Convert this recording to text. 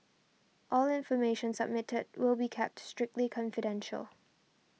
all information submitted will be kept strictly confidential